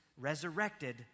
resurrected